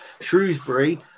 Shrewsbury